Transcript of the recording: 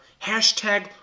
Hashtag